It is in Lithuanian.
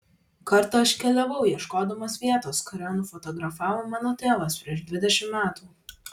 kartą aš keliavau ieškodamas vietos kurią nufotografavo mano tėvas prieš dvidešimt metų